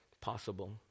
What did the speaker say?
possible